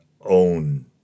own